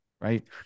right